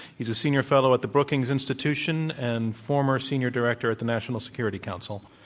he's a senior fellow at the brookings institution and former senior director at the national security council.